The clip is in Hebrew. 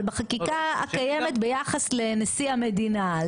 אבל בחקיקה הקיימת ביחס לנשיא המדינה,